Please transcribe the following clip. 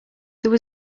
there